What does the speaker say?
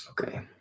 Okay